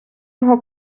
його